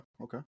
Okay